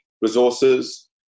resources